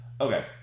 Okay